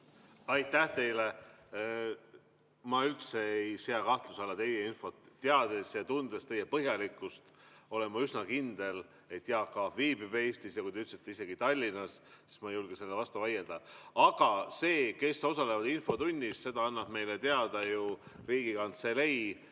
Aitäh teile! Ma üldse ei sea kahtluse alla teie infot. Teades ja tundes teie põhjalikkust, olen ma üsna kindel, et Jaak Aab viibib Eestis, ja kui te ütlesite, et isegi Tallinnas, siis ma ei julge sellele vastu vaielda. Aga seda, kes osalevad infotunnis, annab meile teada ju Riigikantselei